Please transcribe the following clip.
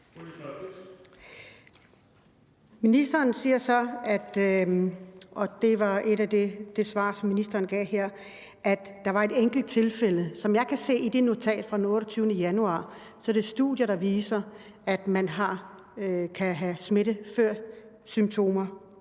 Ministeren siger så – og det var et af de svar, ministeren gav her – at der var et enkelt tilfælde. Som jeg kan se i det notat fra den 28. januar, er der studier, der viser, at man kan smitte, før man har